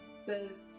says